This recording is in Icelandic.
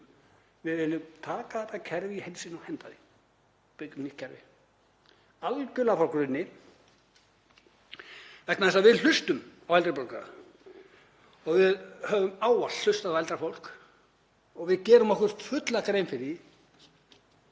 Við viljum taka þetta kerfi í heild sinni og henda því og byggja upp nýtt kerfi algerlega frá grunni, vegna þess að við hlustum á eldri borgara. Við höfum ávallt hlustað á eldra fólk og við gerum okkur fulla grein fyrir því,